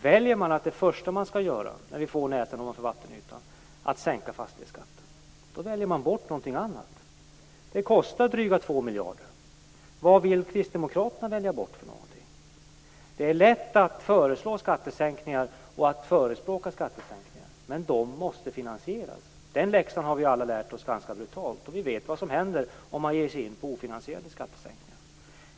Väljer man, som det första man gör när man får näsan över vattenytan, att sänka fastighetsskatten, väljer man bort någonting annat. Det kostar drygt 2 miljarder. Vad vill kristdemokraterna välja bort? Det är lätt att föreslå och förespråka skattesänkningar, men de måste också finansieras. Vi har alla lärt oss den läxan ganska brutalt. Vi vet vad som händer om man ger sig in på ofinansierade skattesänkningar.